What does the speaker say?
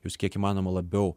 jos kiek įmanoma labiau